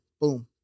Boom